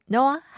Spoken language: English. Noah